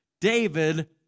David